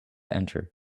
enter